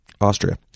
Austria